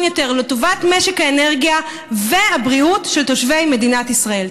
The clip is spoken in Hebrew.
יותר לטובת משק האנרגיה והבריאות של תושבי מדינת ישראל.